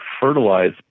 fertilize